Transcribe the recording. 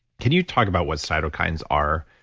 can you talk about what cytokines are,